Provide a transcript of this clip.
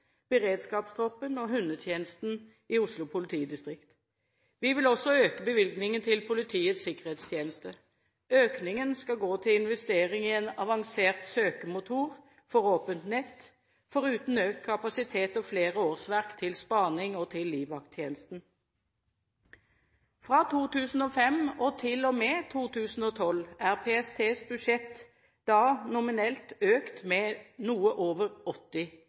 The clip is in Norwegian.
beredskapstroppen og hundetjenesten i Oslo politidistrikt. Vi vil også øke bevilgningen til Politiets sikkerhetstjeneste. Økningen skal gå til investeringer i en avansert søkemotor for åpent nett, foruten økt kapasitet og flere årsverk til spaning og til livvakttjenesten. Fra 2005 og til og med 2012 er PSTs budsjett da nominelt økt med noe over 80